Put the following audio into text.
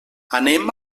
anem